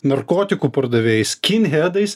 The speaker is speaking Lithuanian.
narkotikų pardavėjais kinhedais